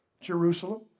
Jerusalem